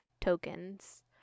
tokens